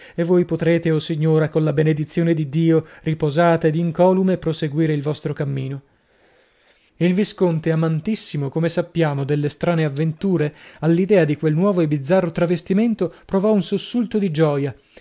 e voi potrete o signora colla benedizione di dio riposata ed incolume proseguire il vostro cammino il visconte amantissimo come sappiamo delle strane avventure all'idea di quel nuovo e bizzarro travestimento provò un sussulto di gioia